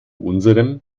unserem